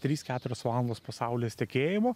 trys keturios valandos po saulės tekėjimo